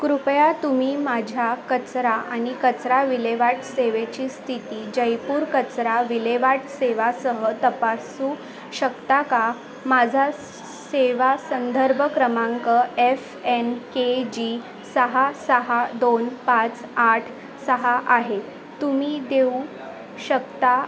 कृपया तुम्ही माझ्या कचरा आणि कचरा विल्हेवाट सेवेची स्थिती जयपूर कचरा विल्हेवाट सेवासह तपासू शकता का माझा सेवा संदर्भ क्रमांक एफ एन के जी सहा सहा दोन पाच आठ सहा आहे तुम्ही देऊ शकता